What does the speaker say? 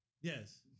Yes